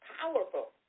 powerful